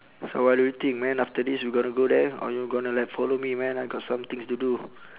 so what do you think man after this we gonna go there or you gonna like follow me man I got some things to do